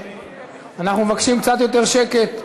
אנחנו מבקשים קצת יותר שקט.